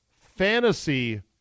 fantasy